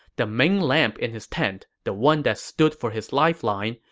the main lamp in his tent, the one that stood for his lifeline,